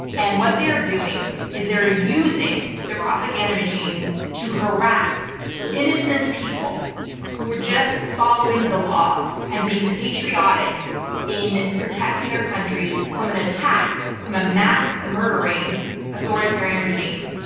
and what they are doing is they're using their propaganda machines to harass innocent people who were just following the law and being patriotic in protecting their countries from an attack from a mass-murdering authoritarian regime.